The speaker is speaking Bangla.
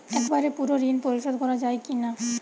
একবারে পুরো ঋণ পরিশোধ করা যায় কি না?